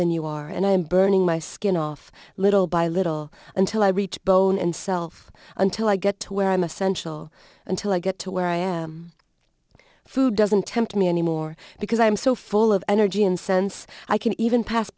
than you are and i am burning my skin off little by little until i reach bone and self until i get to where i'm essential until i get to where i am food doesn't tempt me anymore because i'm so full of energy and sense i can even pass